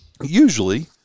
usually